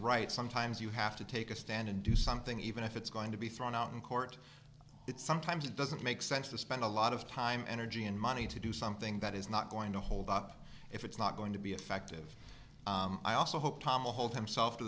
right sometimes you have to take a stand and do something even if it's going to be thrown out in court it sometimes doesn't make sense to spend a lot of time energy and money to do something that is not going to hold up if it's not going to be effective i also hope tama hold himself to